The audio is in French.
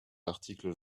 l’article